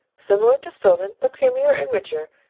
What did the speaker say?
similar to stilton but creamier and richer,